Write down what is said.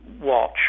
watch